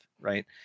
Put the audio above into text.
Right